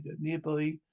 nearby